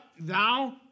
thou